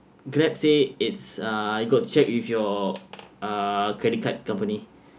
grab say it's uh I got check with your uh credit card company